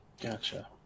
Gotcha